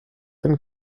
den